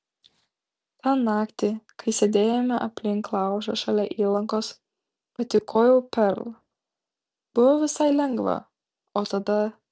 tą naktį kai sėdėjome aplink laužą šalia įlankos patykojau perl buvo visai lengva o tada